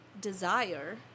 desire